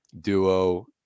duo